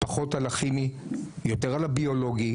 פחות על הכימי, יותר על הביולוגי.